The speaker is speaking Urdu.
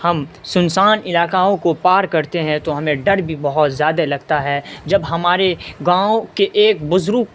ہم سنسان علاقاؤں کو پار کرتے ہیں تو ہمیں ڈر بھی بہت زیادہ لگتا ہے جب ہمارے گاؤں کے ایک بزرگ